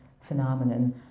phenomenon